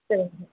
சரிங்க